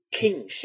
kingship